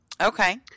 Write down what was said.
Okay